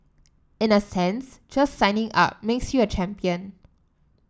in a sense just signing up makes you a champion